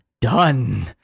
done